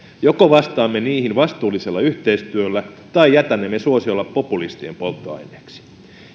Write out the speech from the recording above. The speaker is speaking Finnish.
joko vastaamme niihin vastuullisella yhteistyöllä tai jätämme ne suosiolla populistien polttoaineeksi